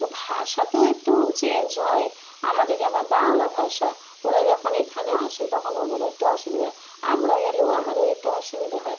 এ ভাষা তো একটু চেঞ্জ হয় আমাদের যেমন বাংলা ভাষা ওরা যখন এখানে আসে তখন ওদেরও একটু অসুবিধা আমরা গেলেও আমারও একটু অসুবিধা হয়